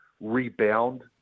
rebound